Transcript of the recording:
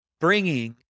bringing